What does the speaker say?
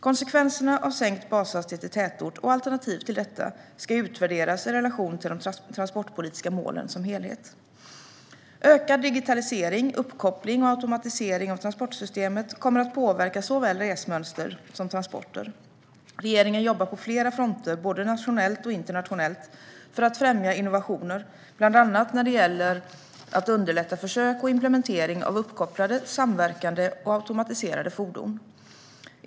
Konsekvenserna av sänkt bashastighet i tätort, och alternativ till detta, ska utvärderas i relation till de transportpolitiska målen som helhet. Ökad digitalisering, uppkoppling och automatisering av transportsystemet kommer att påverka såväl resmönster som transporter. Regeringen jobbar på flera fronter, både nationellt och internationellt, för att främja innovationer, bland annat när det gäller att underlätta försök med och implementering av uppkopplade, samverkande och automatiserade fordon.